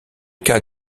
cas